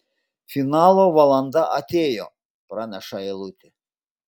finalo valanda atėjo praneša eilutė